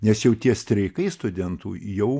nes jau tie streikai studentų jau